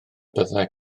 byddai